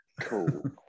cool